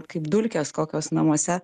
kaip dulkės kokios namuose